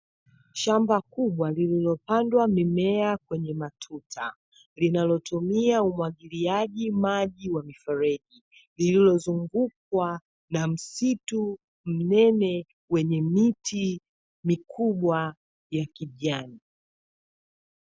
Shamba kubwa lililopandwa mimea kwenye matuta, linalotumia umwagiliaji maji wa mifereji lililozungukwa na msitu mnene wenye miti mikubwa ya kijani.